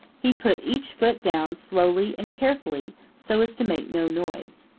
he put each foot down slowly and carefully so as to make no noise.